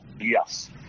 Yes